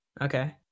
Okay